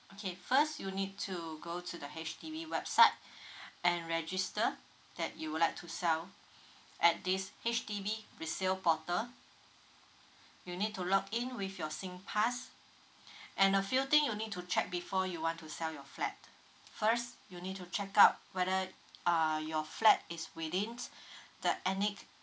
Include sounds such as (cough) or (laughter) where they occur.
okay first you need to go to the H_D_B website (breath) and register that you would like to sell at this H_D_B resale portal you need to log in with your singpass and a few thing you need to check before you want to sell your flat first you need to check out whether uh your flat is within the ethnic